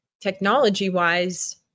technology-wise